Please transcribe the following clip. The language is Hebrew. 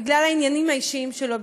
בגלל העניינים האישיים שלו,